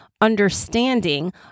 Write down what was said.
understanding